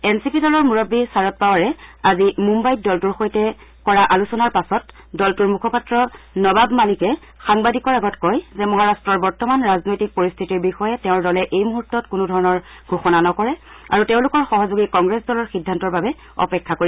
N C P দলৰ মুৰববী শৰদ পাৱাৰে আজি মুম্বাইত দলটোৰ সৈতে কৰা আলোচনাৰ পাছত এন চি পি দলৰ মুখপাত্ৰ নৱাব মালিকে সাংবাদিকৰ আগত কয় যে মহাৰাট্টৰ বৰ্তমান ৰাজনৈতিক পৰিস্থিতিৰ বিষয়ে তেওঁৰ দলে এই মুহুৰ্তত কোনো ধৰণৰ ঘোষণা নকৰে আৰু তেওঁলোকৰ সহযোগী কংগ্ৰেছ দলৰ সিদ্ধান্তৰ বাবে অপেক্ষা কৰিব